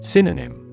Synonym